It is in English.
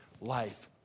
life